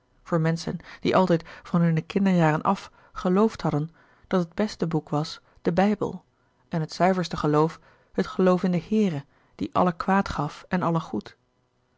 voor menschen die altijd van hunne kinderjaren af geloofd hadden dat het beste boek was de bijbel en het zuiverste geloof het geloof in den heere die alle kwaad gaf en alle goed